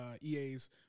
EA's